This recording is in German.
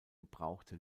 gebrauchte